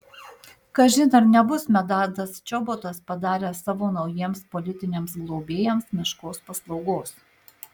kažin ar nebus medardas čobotas padaręs savo naujiems politiniams globėjams meškos paslaugos